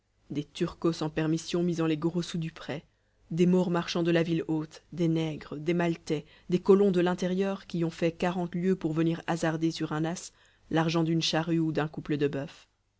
des turcos en permission misant les gros sous du prêt des maures marchands de la ville haute des nègres des maltais des colons de l'intérieur qui ont fait quarante lieues pour venir hasarder sur un as l'argent d'une charrue ou d'un couple de boeufs